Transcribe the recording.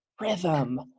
rhythm